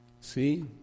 See